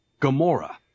Gamora